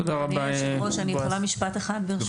תודה רבה, בועז.